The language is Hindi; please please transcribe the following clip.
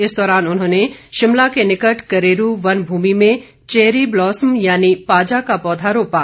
इस दौरान उन्होंने शिमला के निकट करेरू वन भूमि में चेरी ब्लॉसम यानि पाजा का पौधा रोपा